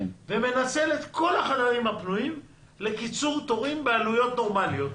ומנצל את כל החדרים הפנויים לקיצור תורים בעלויות נורמליות.